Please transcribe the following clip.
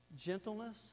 gentleness